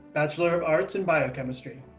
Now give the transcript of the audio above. bachelor of arts in biochemistry.